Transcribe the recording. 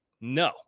no